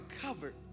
covered